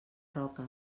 roca